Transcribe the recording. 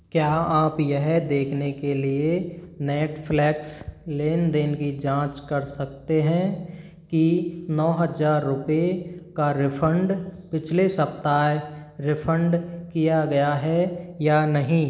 क्या आप यह देखने के लिए नेटफ्लैक्स लेन देन की जाँच कर सकते हैं कि नौ हजार रुपए का रिफंड पिछले सप्ताह रिफंड किया गया है या नहीं